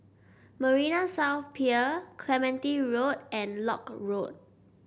Marina South Pier Clementi Road and Lock Road